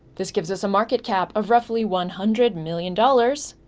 this gives us a market cap of roughly one hundred million dollars